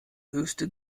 höchste